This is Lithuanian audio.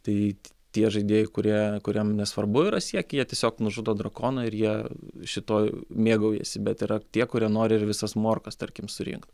tai tie žaidėjai kurie kuriem nesvarbu yra siekiai jie tiesiog nužudo drakoną ir jie šituo mėgaujasi bet yra tie kurie nori ir visas morkas tarkim surinkt